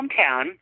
hometown